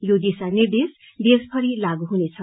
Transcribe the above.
यो दिशा निर्देश देशभरी लागू हुनेछ